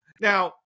Now